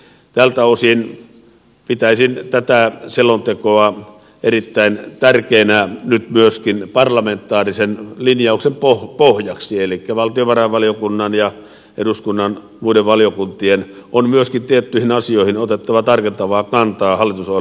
tältä osin pitäisin tätä selontekoa erittäin tärkeänä nyt myöskin parlamentaarisen linjauksen pohjaksi elikkä valtiovarainvaliokunnan ja eduskunnan muiden valiokuntien on myöskin tiettyihin asioihin otettava tarkentavaa kantaa hallitusohjelman pohjalta